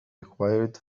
required